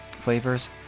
flavors